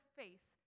face